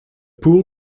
pool